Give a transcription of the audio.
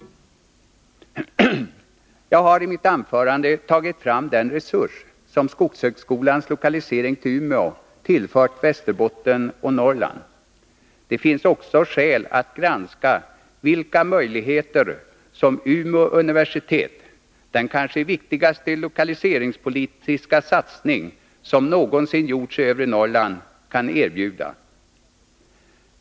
Jag har i mitt anförande tagit fram den resurs som skogshögskolans lokalisering till Umeå tillfört Västerbotten och Norrland. Det finns också skäl att granska vilka möjligheter som Umeå universitet, den kanske viktigaste lokaliseringspolitiska satsning som någonsin gjorts i övre Norrland, kan erbjuda.